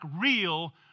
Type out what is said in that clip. real